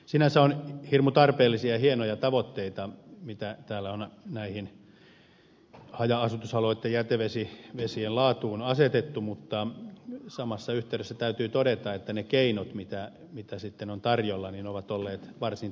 sinänsä on hirmu tarpeellisia ja hienoja tavoitteita mitä täällä on näitten haja asutusalueitten jätevesien laatuun asetettu mutta samassa yhteydessä täytyy todeta että ne keinot mitä sitten on tarjolla ovat olleet varsin testaamattomia